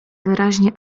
wyraźnie